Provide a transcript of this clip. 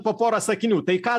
po porą sakinių tai ką